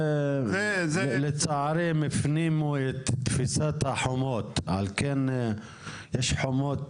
לצערי הם הפנימו את תפיסת החומות, על כן יש חומות